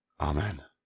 Amen